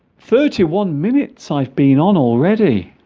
thirty one minutes i've been on already